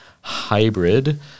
hybrid